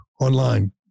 online